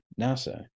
NASA